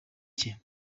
cye